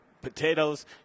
potatoes